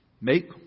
make